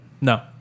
no